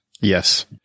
yes